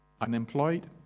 Unemployed